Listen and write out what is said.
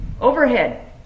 Overhead